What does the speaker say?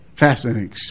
fascinating